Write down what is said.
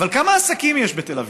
אבל כמה עסקים יש בתל אביב?